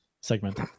segment